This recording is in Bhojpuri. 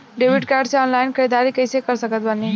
डेबिट कार्ड से ऑनलाइन ख़रीदारी कैसे कर सकत बानी?